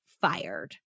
fired